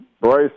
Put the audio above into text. Bryce